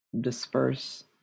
disperse